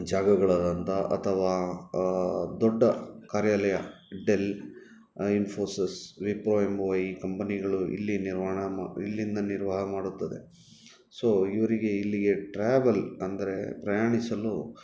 ಜಾಗಗಳಾದಂಥ ಅಥವಾ ದೊಡ್ಡ ಕಾರ್ಯಾಲಯ ಡೆಲ್ ಇನ್ಫೋಸಿಸ್ ವಿಪ್ರೋ ಎಂಬುವ ಈ ಕಂಪನಿಗಳು ಇಲ್ಲಿ ನಿರ್ವಾಣ ಇಲ್ಲಿಂದ ನಿರ್ವಾಹ ಮಾಡುತ್ತದೆ ಸೋ ಇವರಿಗೆ ಇಲ್ಲಿಗೆ ಟ್ರಾವೆಲ್ ಅಂದರೆ ಪ್ರಯಾಣಿಸಲು